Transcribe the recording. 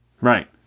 Right